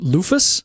Lufus